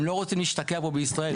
הם לא רוצים להשתקע כאן בישראל.